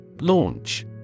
Launch